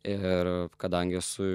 ir kadangi esu